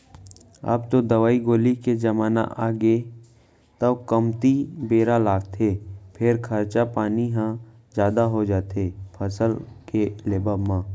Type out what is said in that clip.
अब तो दवई गोली के जमाना आगे तौ कमती बेरा लागथे फेर खरचा पानी ह जादा हो जाथे फसल के लेवब म